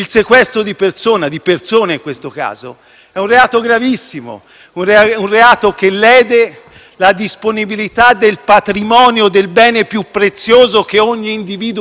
la disponibilità del patrimonio del bene più prezioso che ogni individuo ha, ossia la propria libertà individuale. Si è trattato di una vicenda che non ha precedenti in un Paese democratico.